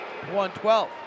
112